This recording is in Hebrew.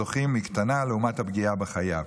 הפגיעה בזוכים קטנה לעומת הפגיעה בחייב.